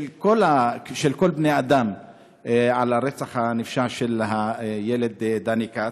כל בני האדם על הרצח הנפשע של הילד דני כ"ץ.